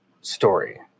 story